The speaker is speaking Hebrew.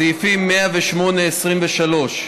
סעיפים 108(23)